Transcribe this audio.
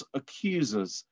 accusers